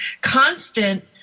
constant